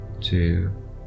two